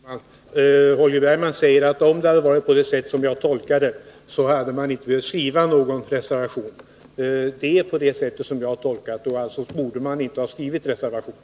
Herr talman! Holger Bergman säger att om det hade varit så som jag tolkar det, hade man inte behövt skriva någon reservation. Det är så som jag tolkar det, och då borde man alltså inte ha skrivit reservationen.